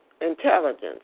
intelligence